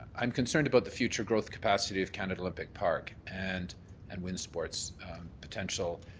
i'm concerned about the future growth capacity of canada olympic park and and wind sports' potential